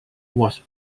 was